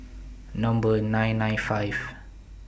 Number nine nine five